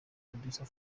producer